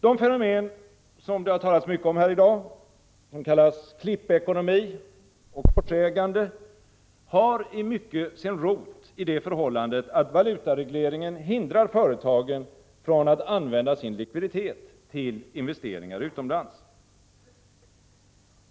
De fenomen som det har talats om här i dag och som kallas klippekonomi och korsägande har i mycket sin rot i det förhållandet att valutaregleringen hindrar företagen från att använda sin likviditet till investeringar utomlands.